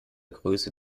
größe